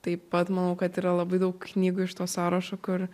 taip pat manau kad yra labai daug knygų iš to sąrašo kur